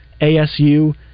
ASU